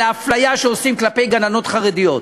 על האפליה שיש כלפי גננות חרדיות,